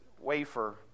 wafer